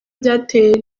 byateye